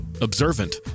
observant